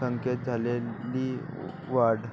संख्येत झालेली वाढ